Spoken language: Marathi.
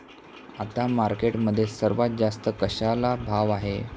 आता मार्केटमध्ये सर्वात जास्त कशाला भाव आहे?